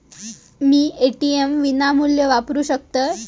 मी ATM विनामूल्य वापरू शकतय?